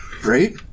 great